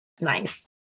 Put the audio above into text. Nice